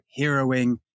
heroing